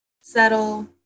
settle